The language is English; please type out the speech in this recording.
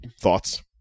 thoughts